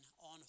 on